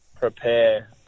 prepare